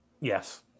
yes